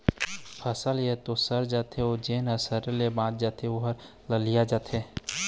फसल ह य तो सर जाथे अउ जेन ह सरे ले बाच जाथे ओ ह ललिया जाथे